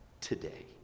today